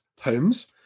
homes